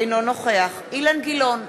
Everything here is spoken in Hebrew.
אינו נוכח אילן גילאון,